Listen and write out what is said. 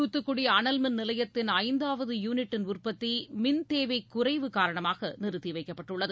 தூத்துக்குடி அனல் மின் நிலையத்தின் ஐந்தாவது யூளிட்டின் உற்பத்தி மின்தேவை குறைவு காரணமாக நிறுத்தி வைக்கப்பட்டுள்ளது